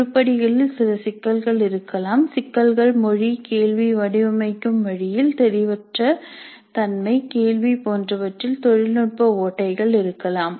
உருப்படிகளில் சில சிக்கல்கள் இருக்கலாம் சிக்கல்கள் மொழி கேள்வி வடிவமைக்கப்படும் வழியில் தெளிவற்ற தன்மை கேள்வி போன்றவற்றில் தொழில்நுட்ப ஓட்டைகள் இருக்கலாம்